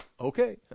Okay